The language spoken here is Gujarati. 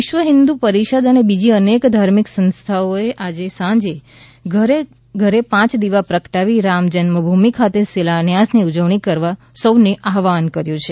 વિશ્વહિન્દુ પરિષદ અને બીજી અનેક ધાર્મિક સંસ્થાઓએ આજે સાંજે ઘરે ઘરે પાંચ દિવા પ્રગટાવી રામજન્મભૂમિ ખાતેના શિલાન્યાસની ઉજવણી કરવા સૌને આહ્વાન કર્યું છે